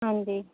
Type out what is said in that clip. ਹਾਂਜੀ